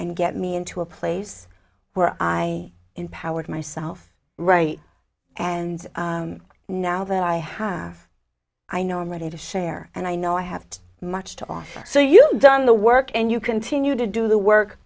and get me into a place where i empowered myself right and now that i have i know i'm ready to share and i know i have too much to offer so you've done the work and you continue to do the work